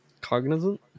Cognizant